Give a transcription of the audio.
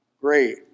great